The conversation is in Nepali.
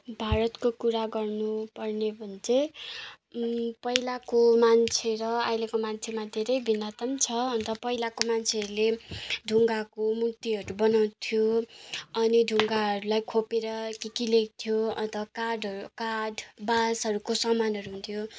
भारतको कुरा गर्नु पर्ने भने चाहिँ पहिलाको मान्छे र अहिलेको मान्छेमा धेरै भिन्नताम् छ अन्त पहिलाको मान्छेहरूले ढुङ्गाको मुर्तिहरू बनाउँथ्यो अनि ढुङ्गाहरूलाई खोपेर के के लेख्थ्यो अन्त काडहरू काठ बाँसहरको समानहरू हुन्थ्यो